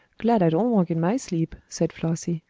glad i don't walk in my sleep, said flossie.